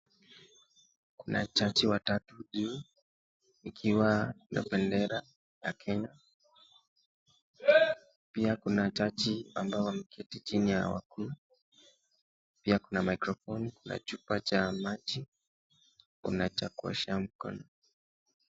Kuna jaji watatu juu ikiwa na bendera ya Kenya, pia kuna jaji ambao wameketi chini yao pia kuna mikrofoni na chupa cha maji ,kuna cha kuoshea mkono.